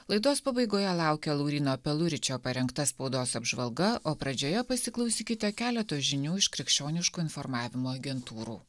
laidos pabaigoje laukia lauryno peluričio parengta spaudos apžvalga o pradžioje pasiklausykite keleto žinių iš krikščioniškų informavimo agentūrų